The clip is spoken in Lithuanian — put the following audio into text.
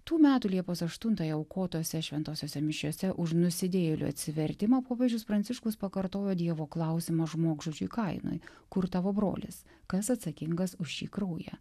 tų metų liepos aštuntąją aukotose šventosiose mišiose už nusidėjėlių atsivertimą popiežius pranciškus pakartojo dievo klausimą žmogžudžiui kainui kur tavo brolis kas atsakingas už šį kraują